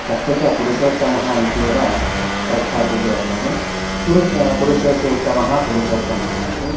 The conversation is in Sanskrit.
तस्य च पुरुषोत्तमः इत्येव प्रख्यातिः वर्तते पुरुषः पुरुषेषु उत्तमः पुरुषोत्तमः इति